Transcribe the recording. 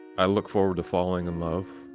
i look forward to falling in love